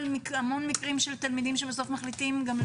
המון מקרים של תלמידים שמחליטים בסוף לא